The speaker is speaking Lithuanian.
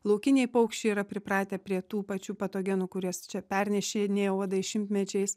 laukiniai paukščiai yra pripratę prie tų pačių patogenų kuriuos čia pernešinėja uodai šimtmečiais